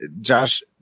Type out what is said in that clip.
Josh